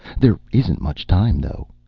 there isn't much time, though.